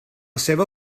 seva